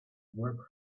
work